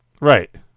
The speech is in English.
Right